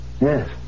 Yes